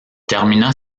termina